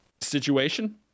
situation